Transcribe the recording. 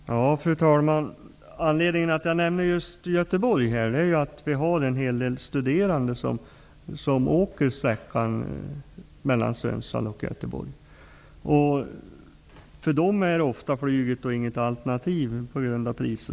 Fru talman! Anledningen till att jag nämner Göteborg är att en hel del studerande åker just sträckan Sundsvall--Göteborg. För dem är flyget ofta inget alternativ, bl.a. på grund av priser.